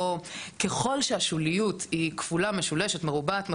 ככל שהשוליות היא כפולה, משולשת, מרובעת ומחומשת,